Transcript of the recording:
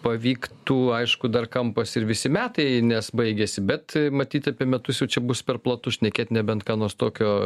pavyktų aišku dar kampas ir visi metai nes baigėsi bet matyt apie metus jau čia bus per platu šnekėt nebent ką nors tokio